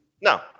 No